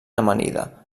amanida